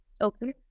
Okay